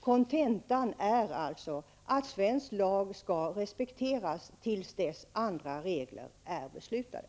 Kontentan är alltså att svensk lag skall respekteras till dess andra regler är beslutade.